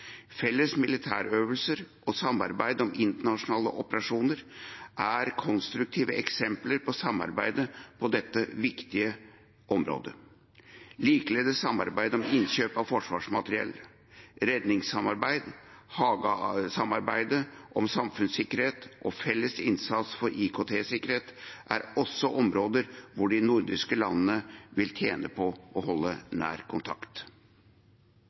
Felles militærøvelser og samarbeid om internasjonale operasjoner er konstruktive eksempler på samarbeid på dette viktige området, likeledes samarbeid om innkjøp av forsvarsmateriell. Redningssamarbeid, Haga-samarbeidet om samfunnssikkerhet og felles innsats for IKT-sikkerhet er også områder hvor de nordiske landene vil tjene på å holde nær kontakt.